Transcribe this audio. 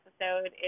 episode